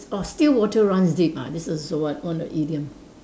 orh still water runs deep ah this is what one of idiom